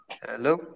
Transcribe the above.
Hello